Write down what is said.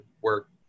work